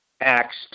Acts